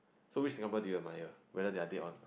so which Singaporean do you admire whether they are dead or